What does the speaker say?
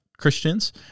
Christians